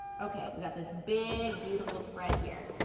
okay, we got this big, beautiful spread here.